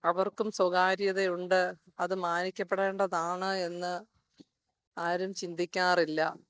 അവർക്കും സ്വകാര്യതയുണ്ട് അത് മാനിക്കപ്പെടേണ്ടതാണ് എന്ന് ആരും ചിന്തിക്കാറില്ല